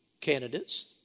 candidates